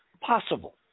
possible